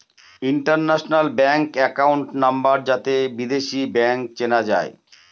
international bank account number যাতে বিদেশী bank চেনা যায়